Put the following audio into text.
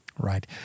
Right